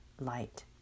light